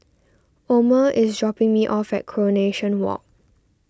Omer is dropping me off at Coronation Walk